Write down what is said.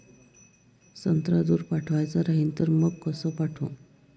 संत्रा दूर पाठवायचा राहिन तर मंग कस पाठवू?